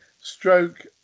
stroke